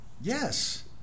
Yes